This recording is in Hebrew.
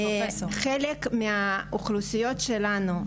חלק מהאוכלוסיות שלנו,